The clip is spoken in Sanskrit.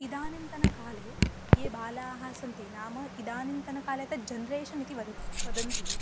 इदानीन्तनकाले ये बालाः सन्ति नाम इदानीन्तनकाले जन्रेशन् इति यद् वदन्ति